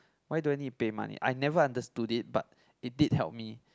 why don't need pay money I never understood it but it did help me